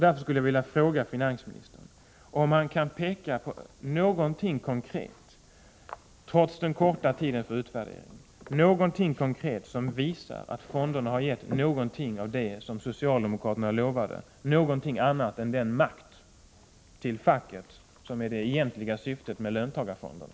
Därför skulle jag vilja fråga finansministern om han kan peka på någonting konkret — trots den korta tiden för utvärdering — som visar att fonderna har gett någonting av det som socialdemokraterna lovade, någonting annat än den makt till facket som är det egentliga syftet med löntagarfonderna.